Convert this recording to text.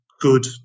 good